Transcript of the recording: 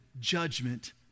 Judgment